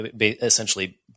essentially